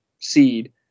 seed